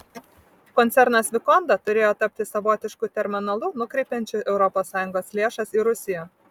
koncernas vikonda turėjo tapti savotišku terminalu nukreipiančiu europos sąjungos lėšas į rusiją